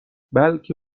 بلکه